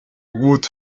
wood